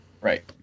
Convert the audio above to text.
right